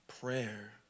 prayer